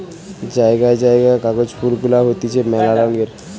জায়গায় জায়গায় কাগজ ফুল গুলা হতিছে মেলা রঙের